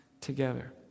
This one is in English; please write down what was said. together